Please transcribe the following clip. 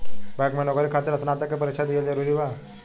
Bank में नौकरी खातिर स्नातक के परीक्षा दिहल जरूरी बा?